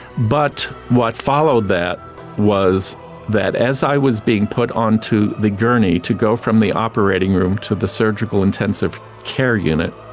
but what followed that was that as i was being put onto the gurney to go from the operating room to the surgical intensive care unit,